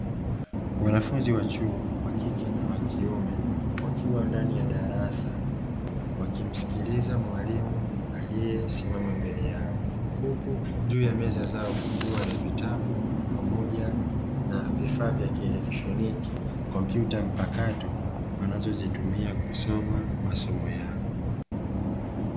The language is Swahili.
Wanafunzi wa chuo wa kike na wa kiume wakiwa ndani ya darasa, wakimsikiliza mwalimu aliyesimama mbele yao huku juu ya meza zao kukiwa na vitabu pamoja na vifaa vya kielektroniki computer mpakato wanazozitumia kusoma masomo yao.